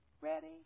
Ready